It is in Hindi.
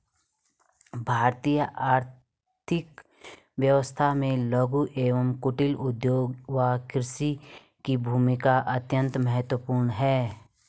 भारतीय आर्थिक व्यवस्था में लघु एवं कुटीर उद्योग व कृषि की भूमिका अत्यंत महत्वपूर्ण है